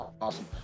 awesome